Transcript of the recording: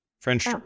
French